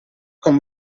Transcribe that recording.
con